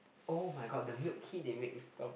oh-my-god the milk tea they make is the